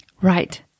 right